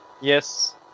Yes